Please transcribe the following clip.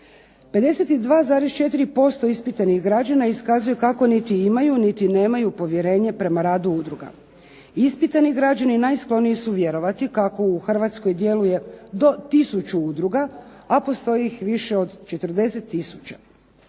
52,4% ispitanih građana iskazuju kako niti imaju niti nemaju povjerenje prema radu udruga. Ispitani građani najskloniji su vjerovati kako u Hrvatskoj djeluje do tisuću udruga, a postoji ih više od 40 tisuća.